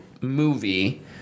movie